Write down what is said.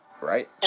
Right